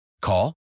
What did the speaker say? Call